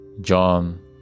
John